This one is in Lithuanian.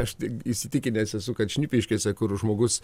aš įsitikinęs esu kad šnipiškėse kur žmogus